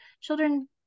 children